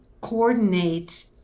coordinate